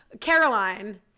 Caroline